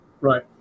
Right